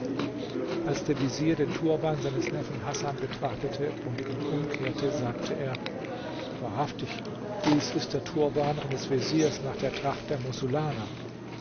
als der vezier den turban seines neffen hasan betrachtete und ihn umkehrte sagte er wahrhaftig dies ist der turban eines veziers nach der tracht der mossulaner